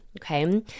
okay